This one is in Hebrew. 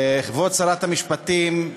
כבוד שרת המשפטים,